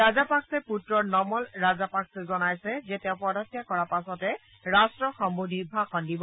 ৰাজা পাকচেৰ পূত্ৰ নমল ৰাজাপাকচে জনাইছে যে তেওঁ পদত্যাগ কৰাৰ পাছতে ৰাট্টক সম্নোধি ভাষণ দিব